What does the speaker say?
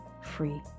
free